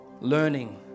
learning